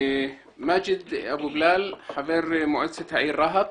מאג'ד אבו בילאל, חבר מועצת העיר רהט.